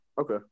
Okay